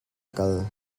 kal